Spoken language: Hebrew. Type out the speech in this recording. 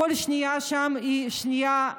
כל שנייה שם היא שנייה,